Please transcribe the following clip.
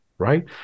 Right